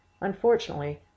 unfortunately